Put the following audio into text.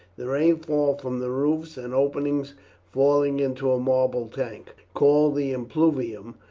the rainfall from the roofs and opening falling into a marble tank, called the impluvium,